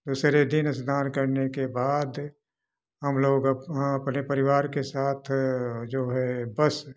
दूसरे दिन स्नान करने के बाद हम लोग अप हाँ अपने परिवार के साथ जो है बस